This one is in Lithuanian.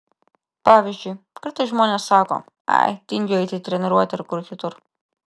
pavyzdžiui kartais žmonės sako ai tingiu eiti į treniruotę ar kur kitur